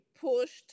pushed